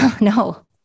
No